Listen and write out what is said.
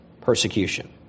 persecution